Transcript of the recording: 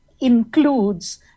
includes